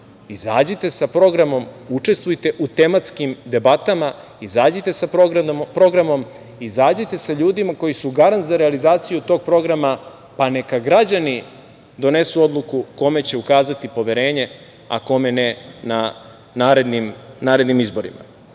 izađite sa programom, učestvujte u tematskim debata, izađite sa ljudima koji su garant, izađite sa ljudima koji su garant za realizaciju tog programa, pa neka građani donesu odluku kojom će ukazati poverenje, a kome ne na narednim izborima. Vidim